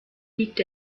liegt